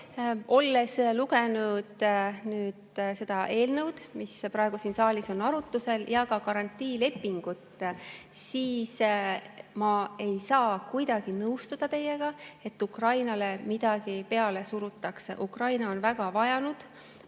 Olles lugenud seda eelnõu, mis praegu siin saalis on arutlusel, ja ka garantiilepingut, siis ma ei saa kuidagi nõustuda teiega, et Ukrainale midagi peale surutakse. Ukraina on väga vajanud